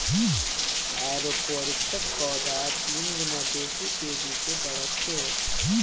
एरोपोनिक्सत पौधार तीन गुना बेसी तेजी स बढ़ छेक